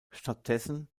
stattdessen